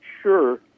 sure